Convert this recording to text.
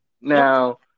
Now –